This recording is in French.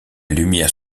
lumière